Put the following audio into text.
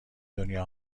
دنیا